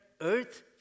earth